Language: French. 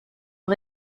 ont